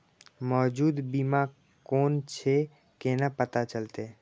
मौजूद बीमा कोन छे केना पता चलते?